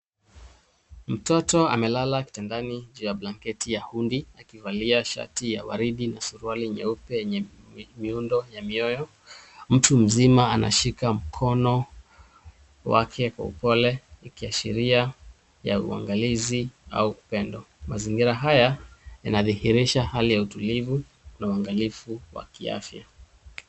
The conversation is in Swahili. Mtoto amelala kitandani juu ya blanketi ya hundi akivalia shati ya waridi na suruali nyeupe yenye miundo ya mioyo, MTU mzima amesimama kando yake kwa upole akiwa ameashiria .Mazingira haya yanaonyesha Hali ya utulivu na uangalifu WA kiafya